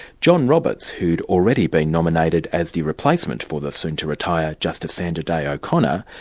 john roberts, who'd already been nominated as the replacement for the soon-to-retire justice sandra day o'connor,